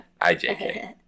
IJK